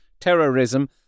terrorism